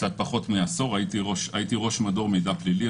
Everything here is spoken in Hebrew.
קצת פחות מעשור הייתי ראש מדור מידע פלילי,